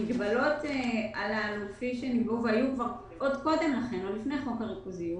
המגבלות שהיו עוד לפני חוק הריכוזיות